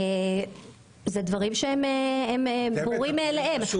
אלו דברים שהם מובנים מאליהם.